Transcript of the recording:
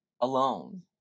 alone